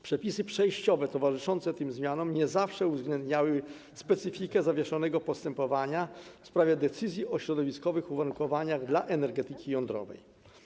Przepisy przejściowe towarzyszące tym zmianom nie zawsze uwzględniały specyfikę zawieszonego postępowania w sprawie decyzji o środowiskowych uwarunkowaniach dla energetyki jądrowej.